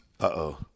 Uh-oh